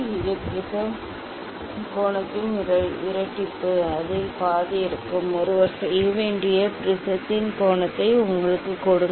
இந்த ப்ரிஸம் கோணத்தின் இரட்டிப்பு அதில் பாதி இருக்கும் ஒருவர் செய்ய வேண்டிய ப்ரிஸத்தின் கோணத்தை உங்களுக்குக் கொடுங்கள்